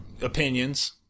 opinions